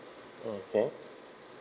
mm okay